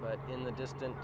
but in the distance